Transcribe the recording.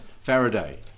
Faraday